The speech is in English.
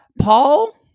Paul